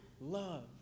love